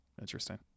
interesting